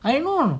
I know